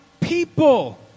people